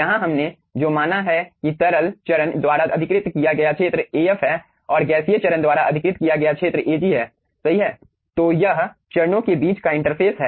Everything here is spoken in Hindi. यहां हमने जो माना है कि तरल चरण द्वारा अधिकृत किया गया क्षेत्र Af है और गैसीय चरण द्वारा अधिकृत किया गया क्षेत्र Ag है सही है तो यह चरणों के बीच का इंटरफ़ेस है